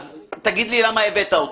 אז תגיד לי למה הבאת אותי.